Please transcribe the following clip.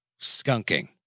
Skunking